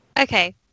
okay